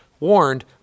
Warned